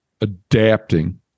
adapting